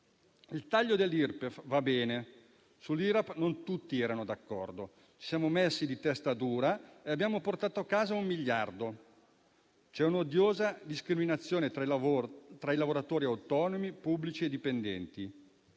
Il taglio dell'Irpef va bene. Sull'Irap non tutti erano d'accordo. Ci siamo messi di testa dura e abbiamo portato a casa un miliardo. C'è un'odiosa discriminazione tra i lavoratori autonomi, pubblici e dipendenti.